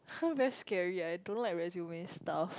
very scary eh I don't know like resume stuff